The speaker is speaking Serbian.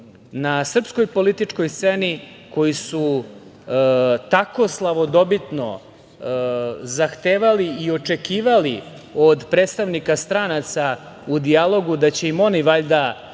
na srpskoj političkoj sceni koji su tako slavodobitno zahtevali i očekivali od predstavnika stranaca u dijalogu da će im oni valjda